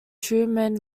truman